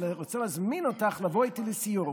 ואני רוצה להזמין אותך לבוא איתי לסיור.